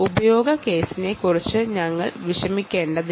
use കേസിനെക്കുറിച്ച് ഞങ്ങൾ വിഷമിക്കേണ്ടതില്ല